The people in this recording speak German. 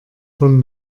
von